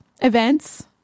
events